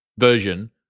Version